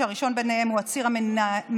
שהראשון שבהם הוא הציר המניעתי,